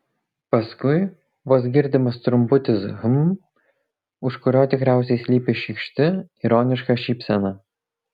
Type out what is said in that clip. paskui vos girdimas trumputis hm už kurio tikriausiai slypi šykšti ironiška šypsena